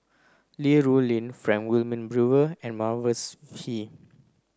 Li Rulin Frank Wilmin Brewer and Mavis Pee